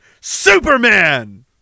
Superman